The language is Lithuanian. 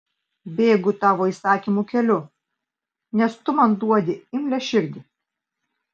bėgu tavo įsakymų keliu nes tu man duodi imlią širdį